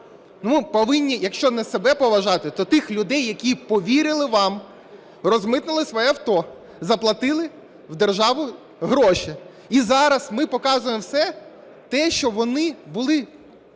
Ми повинні якщо не себе поважати, то тих людей, які повірили вам, розмитнили своє авто, заплатили в державу гроші. І зараз ми показуємо все те, що вони були